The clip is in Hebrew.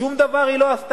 שום דבר היא לא עשתה,